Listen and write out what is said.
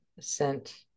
sent